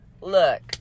look